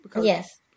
Yes